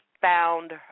found